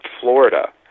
Florida